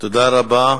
תודה רבה.